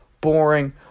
boring